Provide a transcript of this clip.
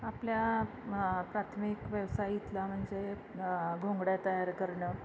आपल्या प्राथमिक व्यवसाय इथला म्हणजे घोंगड्या तयार करणं